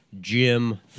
Jim